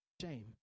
Shame